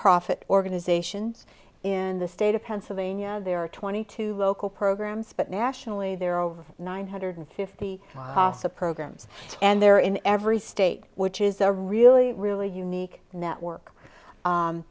profit organizations in the state of pennsylvania there are twenty two local programs but nationally there are over nine hundred fifty asa programs and they're in every state which is a really really unique network